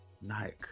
Nike